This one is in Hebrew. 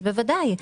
בוודאי,